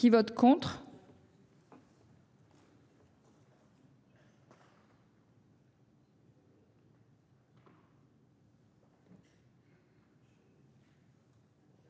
Qui vote contre.